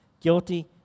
guilty